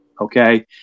Okay